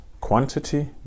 quantity